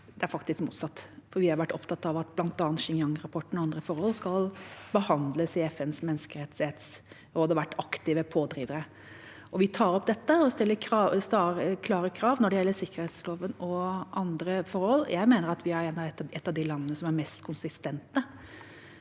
Det er faktisk motsatt, for vi har vært opptatt av at bl.a. Xinjiang-rapporten og andre forhold skal behandles i FNs menneskerettighetsråd, og vi har vært aktive pådrivere. Vi tar opp dette og stiller klare krav når det gjelder sikkerhetsloven og andre forhold. Jeg mener at vi er et av de landene som er mest konsistente